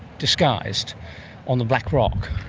disguised on the black rock.